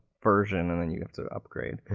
version and then you get to upgrade.